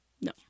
No